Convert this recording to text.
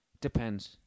Depends